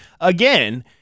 again